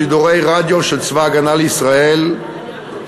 שידורי רדיו של צבא הגנה לישראל (שידורי